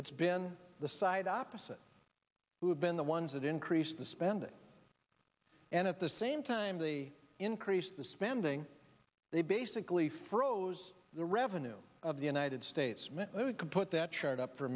it's been the side opposite who have been the ones that increased the spending and at the same time the increase the spending they basically froze the revenue of the united states meant it would put that chart up for a